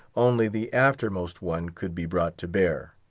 only the aftermost one could be brought to bear.